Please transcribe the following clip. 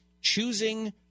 choosing